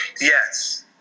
yes